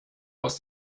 aus